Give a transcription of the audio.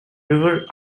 river